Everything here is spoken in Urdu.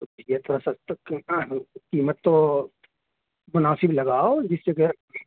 یہ تو سب تو قیمت تو مناسب لگاؤ جس سے کہ